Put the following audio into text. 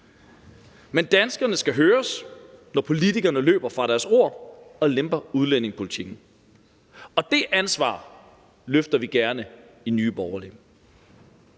men danskerne skal høres, når politikerne løber fra deres ord og lemper udlændingepolitikken, og det ansvar løfter vi gerne i Nye Borgerlige.